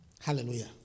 Hallelujah